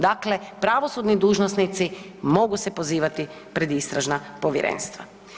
Dakle, pravosudni dužnosnici mogu se pozivati pred istražna povjerenstva.